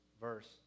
verse